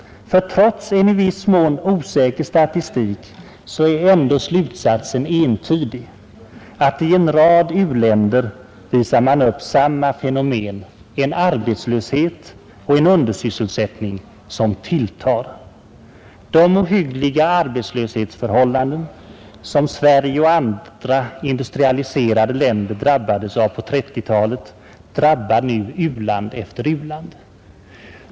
Trots en i viss mån osäker statistik är ändå den slutsatsen entydig, att en rad u-länder visar upp samma fenomen: arbetslösheten och undersysselsättningen tilltar. De ohyggliga arbetslöshetsförhållanden som Sverige och andra industrialiserade länder drabbades av på 1930-talet drabbar nu u-land efter u-land.